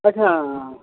اچھا آ